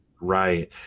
Right